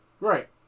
Right